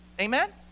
Amen